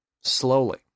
Slowly